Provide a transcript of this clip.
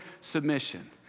submission